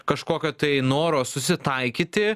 kažkokio tai noro susitaikyti